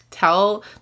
tell